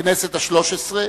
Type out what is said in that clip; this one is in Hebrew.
בכנסת השלוש-עשרה